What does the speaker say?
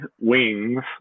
wings